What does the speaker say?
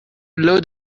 load